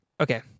Okay